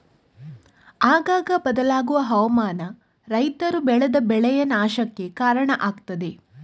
ಆಗಾಗ ಬದಲಾಗುವ ಹವಾಮಾನ ರೈತರು ಬೆಳೆದ ಬೆಳೆಯ ನಾಶಕ್ಕೆ ಕಾರಣ ಆಗ್ತದೆ